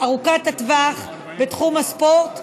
וארוכת הטווח בתחום הספורט,